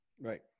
Right